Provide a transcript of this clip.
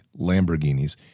Lamborghinis